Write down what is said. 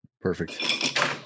Perfect